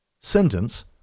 sentence